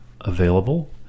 available